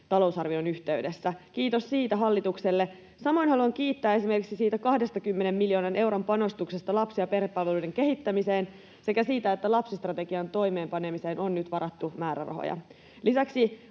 talousarvion yhteydessä. Kiitos siitä hallitukselle. Samoin haluan kiittää esimerkiksi 20 miljoonan euron panostuksesta lapsi- ja perhepalveluiden kehittämiseen sekä siitä, että lapsistrategian toimeenpanemiseen on nyt varattu määrärahoja. Lisäksi